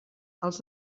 els